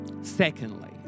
Secondly